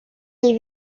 les